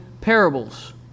parables